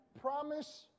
promise